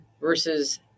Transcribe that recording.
versus